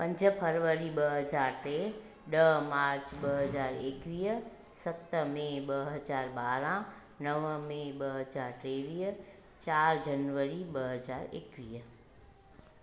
पंज फरवरी ॿ हज़ार ते ॾह मार्च ॿ हज़ार एकवीह सत में ॿ हज़ार ॿारहं नवं में ॿ हज़ार टेवीह चार जनवरी ॿ हज़ार एकवीह